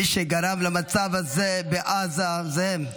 מי שגרם למצב הזה בעזה זה הם.